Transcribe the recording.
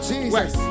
Jesus